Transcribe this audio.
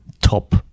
top